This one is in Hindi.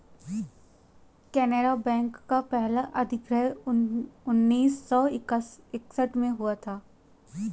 केनरा बैंक का पहला अधिग्रहण उन्नीस सौ इकसठ में हुआ था